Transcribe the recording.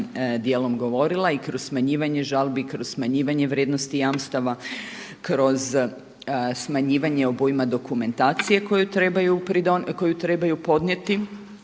dijelom govorila i kroz smanjivanje žalbi, kroz smanjivanje vrijednosti jamstava, kroz smanjivanja obujma dokumentacije koju trebaju podnijeti.